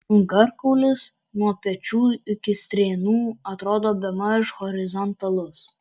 nugarkaulis nuo pečių iki strėnų atrodo bemaž horizontalus